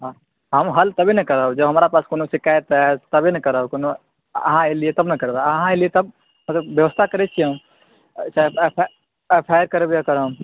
हम हल तबे ने करब जब हमरा पास कोनो शिकायत हैत तबे ने करब कोनो अहाँ अयलियै तब ने करबै आ अहाँ अयलियै तब व्यवस्था करै छियै हम एफ आई आर करबै एकर हम